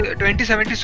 2070